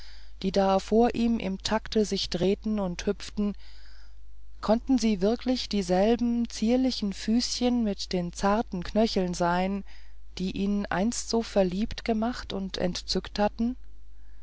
die da vor ihm im takte sich drehten und hüpften konnten sie wirklich dieselben zierlichen füßchen mit den zarten knöcheln sein die ihn einst so verliebt gemacht und entzückt hatten